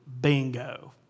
Bingo